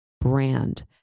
brand